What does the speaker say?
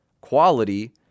quality